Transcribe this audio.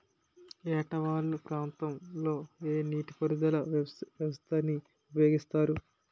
ఏట వాలు ప్రాంతం లొ ఏ నీటిపారుదల వ్యవస్థ ని ఉపయోగిస్తారు?